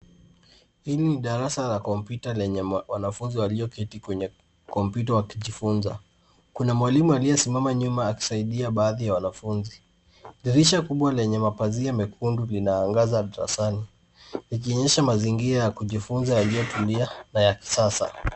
Ni darasa la kompyuta lenye wanafunzi walioketi kwenye kompyuta wakijifunza. Kuna mwalimu, akiwa nyuma akisaidia baadhi ya wanafunzi. Dirisha kubwa lenye mapazia mekundu linaangaza darasani. Eneo hili linaonyesha mazingira ya kujifunzia yaliyo ya kisasa.